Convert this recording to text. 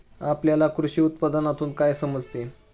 आपल्याला कृषी उत्पादनातून काय समजते?